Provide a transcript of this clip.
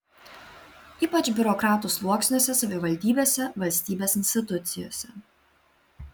ypač biurokratų sluoksniuose savivaldybėse valstybės institucijose